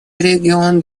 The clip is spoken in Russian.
регион